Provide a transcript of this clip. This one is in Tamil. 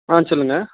ஆ சொல்லுங்கள்